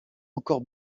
encore